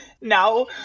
now